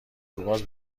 روباز